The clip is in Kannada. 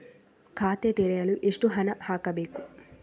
ಖಾತೆ ತೆರೆಯಲು ಎಷ್ಟು ಹಣ ಹಾಕಬೇಕು?